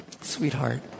sweetheart